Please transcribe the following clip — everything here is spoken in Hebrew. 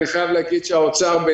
אני חייב להגיד שמשרד האוצר,